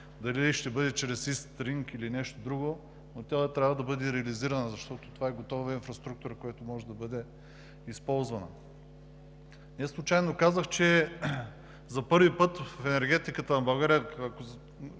Дали ще бъде чрез „Ист Ринг“ или нещо друго, но тя трябва да бъде реализирана, защото това е готова инфраструктура, която може да бъде използвана. Неслучайно казах, че за първи път в енергетиката на България,